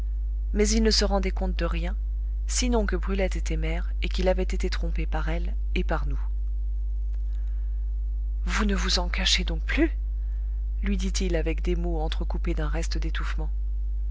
mais il ne se rendait compte de rien sinon que brulette était mère et qu'il avait été trompé par elle et par nous vous ne vous en cachez donc plus lui dit-il avec des mots entrecoupés d'un reste d'étouffement